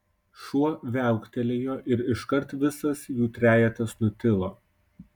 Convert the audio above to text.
šuo viauktelėjo ir iškart visas jų trejetas nutilo